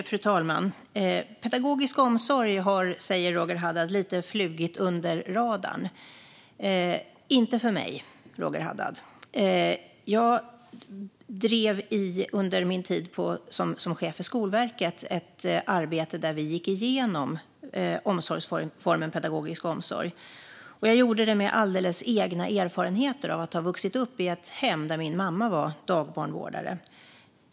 Fru talman! Pedagogisk omsorg har, säger Roger Haddad, lite flugit under radarn. Inte för mig. Jag bedrev under min tid som chef för Skolverket ett arbete där vi gick igenom omsorgsformen pedagogisk omsorg. Jag gjorde det med alldeles egna erfarenheter av att ha vuxit upp i ett hem där min mamma var dagbarnvårdare.